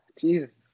Jesus